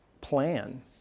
plan